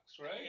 right